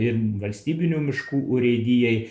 ir valstybinių miškų urėdijai